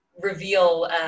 reveal